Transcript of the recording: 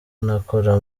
anakora